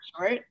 short